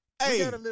Hey